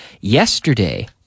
Yesterday